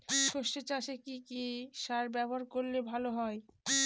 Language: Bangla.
সর্ষে চাসে কি কি সার ব্যবহার করলে ভালো হয়?